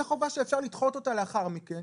זאת חובה שאפשר לדחות אותה לאחר מכן.